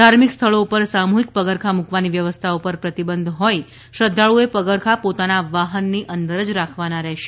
ધાર્મિક સ્થળો પર સામૂહિક પગરખાં મૂકવાની વ્યવસ્થા પર પ્રતિબંધ હોઇ શ્રદ્ધાળુઓએ પગરખાં પોતાના વાહનની અંદર જ રાખવાના રહેશે